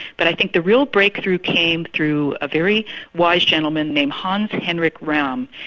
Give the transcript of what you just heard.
but i think the real breakthrough came through a very wise gentleman named hans henrik ramm,